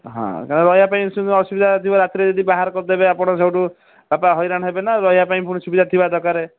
ହଁ ରହିବା ପାଇଁ ଅସୁବିଧା ହେଇଯିବ ରାତିରେ ଯଦି ବାହାର କରିଦେବେ ସେଇଠୁ ବାପା ହଇରାଣ ହେବେ ନା ରହିବା ପାଇଁ ପୁଣି ସୁବିଧା ଥିବା ଦରକାର